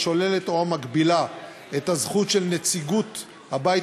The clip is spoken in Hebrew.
השוללת או המגבילה את הזכות של נציגות הבית